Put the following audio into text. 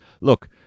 Look